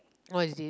what is this